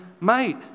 mate